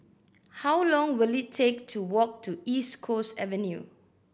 how long will it take to walk to East Coast Avenue